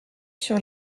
sur